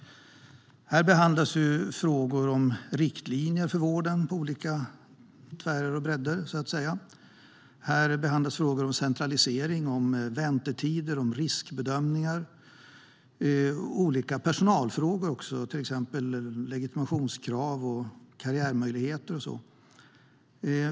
Här behandlas frågor om riktlinjer för vården, frågor om centralisering, frågor om väntetider och riskbedömningar. Även olika personalfrågor behandlas, till exempel legitimationskrav och karriärmöjligheter.